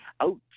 out